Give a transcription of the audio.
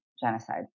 genocide